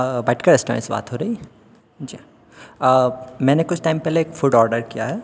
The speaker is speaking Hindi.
वाटिका रेस्टोरेन्ट से बात हो रही है जी मैंने कुछ टाइम पहले एक फूड ऑर्डर किया है